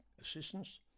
assistance